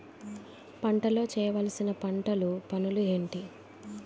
పంటలో చేయవలసిన పంటలు పనులు ఏంటి?